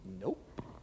Nope